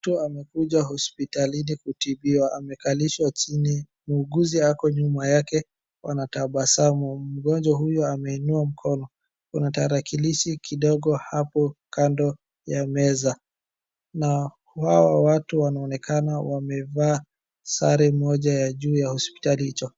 Mtu amekuja hospitalini kutibiwa. Amekalishwa chini. Muuguzi ako nyuma yake wanatabasamu. Mgonjwa huyu ameinua mkono. Kuna tarakilishi kidogo hapo kando ya meza, na hawa watu wanaonekana wamevaa sare moja ya juu ya hospitali hicho.